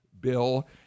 bill